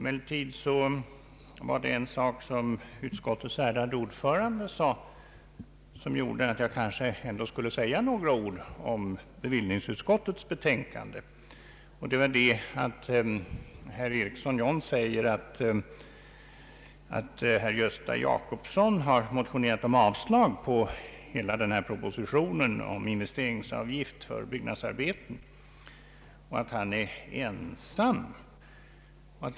Det var emellertid en sak som utskottets ärade ordförande tog upp som gör att jag kanske ändå måste säga några ord också med anledning av bevillningsutskottets betänkande. Herr John Ericsson säger att herr Gösta Jacobsson har motionerat om avslag på hela propositionen om investeringsavgift för byggnadsarbeten och att han därvidlag skulle vara ensam.